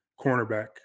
cornerback